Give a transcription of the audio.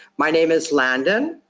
my name is landon.